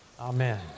Amen